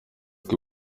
kuko